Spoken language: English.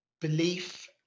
belief